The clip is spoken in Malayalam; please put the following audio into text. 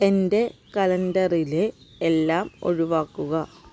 എന്റെ കലണ്ടറിലെ എല്ലാം ഒഴിവാക്കുക